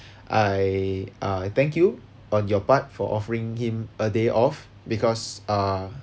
I uh I thank you on your part for offering him a day off because uh